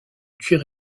cuir